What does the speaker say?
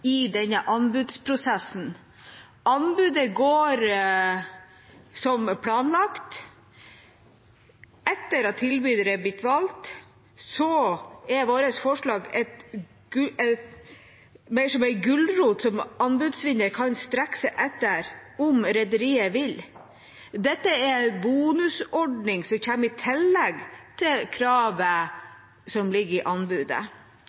i denne anbudsprosessen – anbudet går som planlagt. Etter at tilbyder er blitt valgt, er vårt forslag mer som en gulrot som anbudsvinneren kan strekke seg etter om rederiet vil. Dette er en bonusordning som kommer i tillegg til kravet som ligger i anbudet.